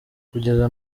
kugeza